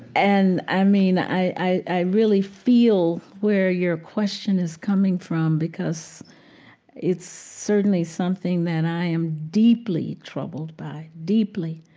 and, i mean, i i really feel where your question is coming from because it's certainly something that i am deeply troubled by, deeply.